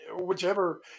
whichever